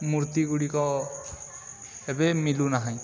ମୂର୍ତ୍ତି ଗୁଡ଼ିକ ଏବେ ମିଳୁନାହିଁ